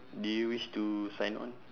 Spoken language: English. do you wish to sign on